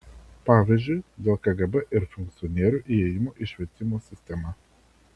pavyzdžiui dėl kgb ir funkcionierių ėjimo į švietimo sistemą